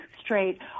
straight